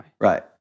Right